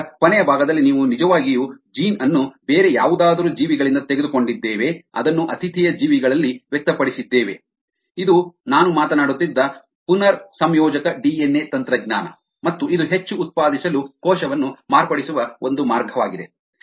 ಆದ್ದರಿಂದ ಕೊನೆಯ ಭಾಗದಲ್ಲಿ ನಾವು ನಿಜವಾಗಿಯೂ ಜೀನ್ ಅನ್ನು ಬೇರೆ ಯಾವುದಾದರೂ ಜೀವಿಗಳಿಂದ ತೆಗೆದುಕೊಂಡಿದ್ದೇವೆ ಅದನ್ನು ಆತಿಥೇಯ ಜೀವಿಗಳಲ್ಲಿ ವ್ಯಕ್ತಪಡಿಸಿದ್ದೇವೆ ಇದು ನಾನು ಮಾತನಾಡುತ್ತಿದ್ದ ಪುನರ್ಸಂಯೋಜಕ ಡಿಎನ್ಎ ತಂತ್ರಜ್ಞಾನ ಮತ್ತು ಇದು ಹೆಚ್ಚು ಉತ್ಪಾದಿಸಲು ಕೋಶವನ್ನು ಮಾರ್ಪಡಿಸುವ ಒಂದು ಮಾರ್ಗವಾಗಿದೆ